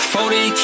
Forty